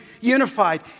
unified